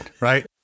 Right